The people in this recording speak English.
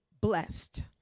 blessed